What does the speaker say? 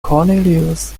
cornelius